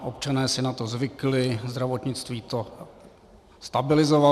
Občané si na to zvykli, zdravotnictví to stabilizovalo.